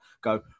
go